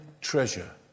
treasure